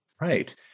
Right